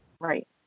Right